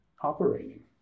operating